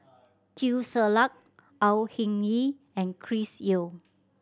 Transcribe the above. Teo Ser Luck Au Hing Yee and Chris Yeo